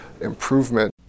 improvement